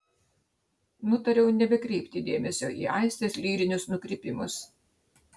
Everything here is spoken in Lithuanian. nutariau nebekreipti dėmesio į aistės lyrinius nukrypimus